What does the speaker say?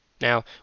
Now